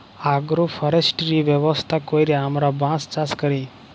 agro forestry ব্যবস্থা ক্যইরে আমরা বাঁশ চাষ ক্যরি